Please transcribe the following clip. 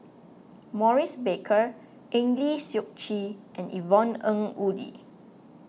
Maurice Baker Eng Lee Seok Chee and Yvonne Ng Uhde